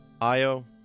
Io